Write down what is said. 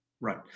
Right